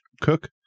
cook